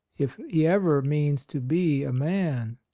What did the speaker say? if he ever means to be a man.